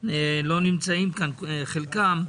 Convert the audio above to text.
לא נמצאים כאן בחלקם.